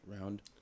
round